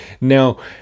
Now